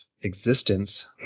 existence